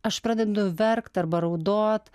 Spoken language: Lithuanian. aš pradedu verkt arba raudot